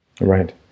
Right